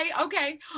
okay